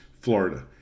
Florida